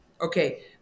Okay